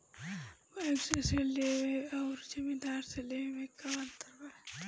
Bank से ऋण लेवे अउर जमींदार से लेवे मे का अंतर बा?